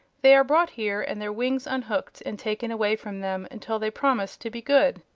they are brought here and their wings unhooked and taken away from them until they promise to be good.